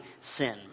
sin